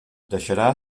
deixarà